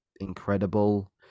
incredible